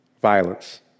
violence